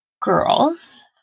girls